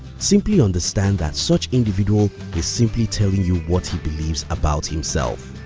simply understand that such individual is simply telling you what he believes about himself.